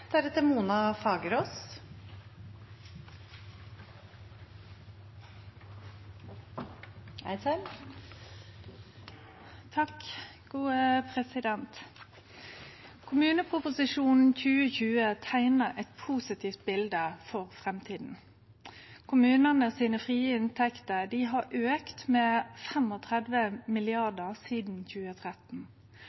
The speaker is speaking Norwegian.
Kommuneproposisjonen 2022 teiknar eit positivt bilde for framtida. Kommunane sine frie inntekter har auka med